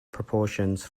proportions